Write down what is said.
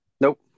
Nope